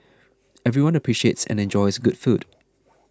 everyone appreciates and enjoys good food